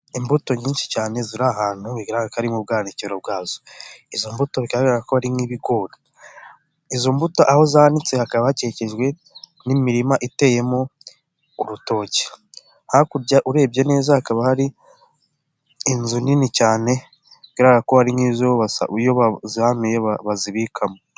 Imbuto nyinshi cyane ziri ahantu bigaragara ko ari mu bwanikiro bwazo, izo mbuto bigaragara ko ari nk'ibigori, izo mbuto aho zanitse hakaba hakikijwe n'imirima iteyemo urutoki, hakurya urebye neza hakaba hari inzu nini cyane biragara ko hari nk'inzu iyo bazanuye bazibikamo.